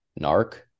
narc